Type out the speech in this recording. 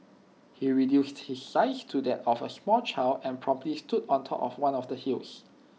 he reduced his size to that of A small child and promptly stood atop one of the hills